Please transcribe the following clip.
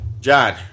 John